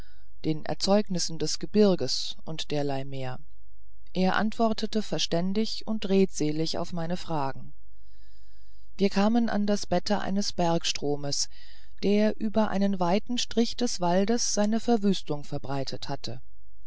den erzeugnissen des gebirges und derlei mehr er antwortete verständig und redselig auf meine fragen wir kamen an das bette eines bergstromes der über einen weiten strich des waldes seine verwüstung verbreitet hatte